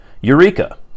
Eureka